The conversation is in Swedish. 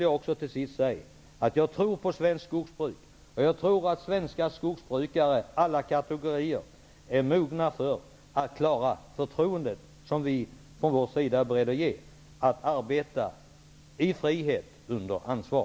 Jag tror på svenskt skogsbruk, och jag tror att svenska skogsbrukare, alla kategorier, är mogna för att leva upp till det förtroende som vi moderater är beredda att ge, nämligen att skogsbrukarna skall ha möjlighet att arbeta i frihet under ansvar.